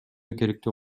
керектүү